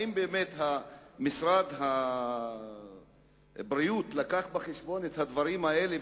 האם משרד הבריאות הביא בחשבון את הדברים האלה,